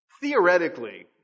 Theoretically